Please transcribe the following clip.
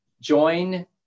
join